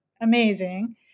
Amazing